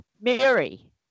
Mary